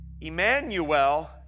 Emmanuel